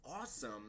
awesome